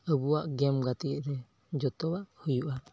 ᱟᱵᱚᱣᱟᱜ ᱜᱮᱢ ᱜᱟᱛᱮᱜ ᱨᱮ ᱡᱚᱛᱚᱣᱟᱜ ᱦᱩᱭᱩᱜᱼᱟ